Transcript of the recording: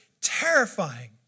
terrifying